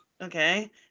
okay